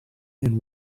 and